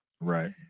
Right